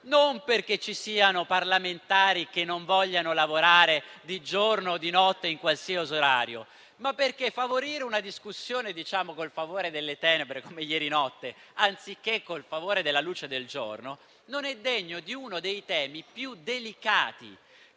non perché ci siano parlamentari che non vogliano lavorare di giorno o di notte, in qualsiasi orario, ma perché svolgere una discussione con il favore delle tenebre come ieri notte anziché con il favore della luce del giorno non è degno di uno dei temi più delicati